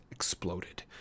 Exploded